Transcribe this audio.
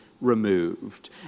removed